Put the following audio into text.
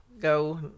go